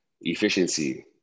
efficiency